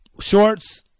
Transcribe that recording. shorts